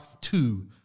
two